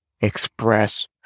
express